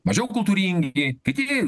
mažiau kultūringi kiti